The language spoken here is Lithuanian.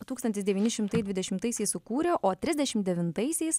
tūksantis devyni šimtai dvidešimtaisiais sukūrė o trisdešim devintaisiais